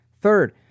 Third